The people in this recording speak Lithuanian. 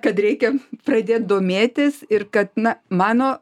kad reikia pradėt domėtis ir kad na mano